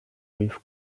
with